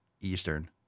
Eastern